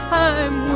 time